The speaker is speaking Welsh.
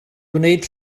gwneud